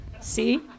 See